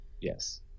Yes